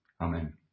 Amen